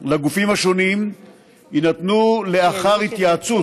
לגופים השונים יינתנו לאחר התייעצות